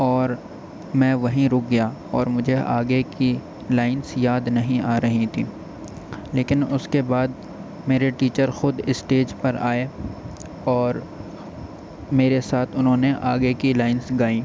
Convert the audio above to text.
اور میں وہیں رک گیا اور مجھے آگے کی لائنس یاد نہیں آ رہی تھیں لیکن اس کے بعد میرے ٹیچر خود اسٹیج پر آئے اور میرے ساتھ انہوں نے آگے کی لائنس گائیں